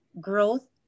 growth